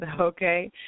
Okay